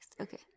Okay